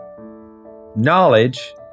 knowledge